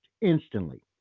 instantly